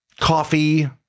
coffee